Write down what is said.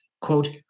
quote